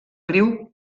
riu